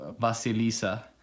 Vasilisa